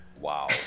Wow